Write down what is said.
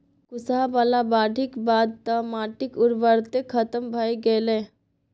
कुसहा बला बाढ़िक बाद तँ माटिक उर्वरते खतम भए गेलै